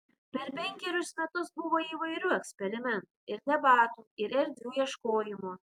per penkerius metus buvo įvairių eksperimentų ir debatų ir erdvių ieškojimo